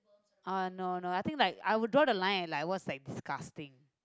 uh no no I think like I would draw the line at like what's disgusting